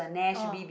oh